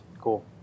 Cool